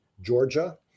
Georgia